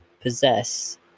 possess